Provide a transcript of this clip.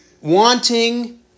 wanting